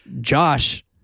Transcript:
Josh